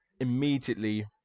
immediately